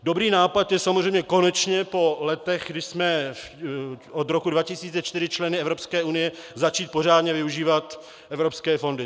Dobrý nápad je samozřejmě konečně po letech, když jsme od roku 2004 členy Evropské unie, začít pořádně využívat evropské fondy.